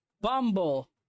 bumble